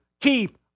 keep